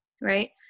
right